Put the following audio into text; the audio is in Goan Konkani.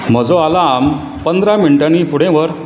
म्हजो आलार्म पंदरा मिनटांनी फुडें व्हर